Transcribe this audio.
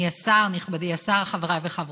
נכבדי השר, חבריי וחברותיי,